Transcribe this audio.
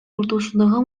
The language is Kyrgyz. ортосундагы